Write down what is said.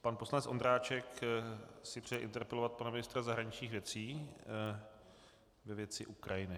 Pan poslanec Ondráček si přeje interpelovat pana ministra zahraničních věcí ve věci Ukrajiny.